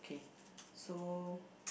okay so